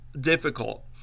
difficult